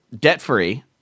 debt-free